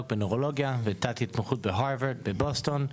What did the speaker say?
בנוירולוגיה ותת התמחות בהרווארד בבוסטון,